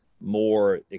more